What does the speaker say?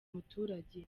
muturage